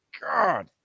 God